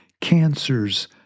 cancer's